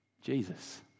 Jesus